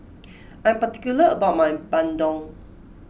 I am particular about my Bandung